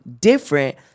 different